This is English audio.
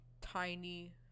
tiny